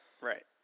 right